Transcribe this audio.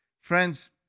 Friends